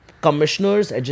Commissioners